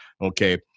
okay